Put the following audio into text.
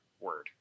word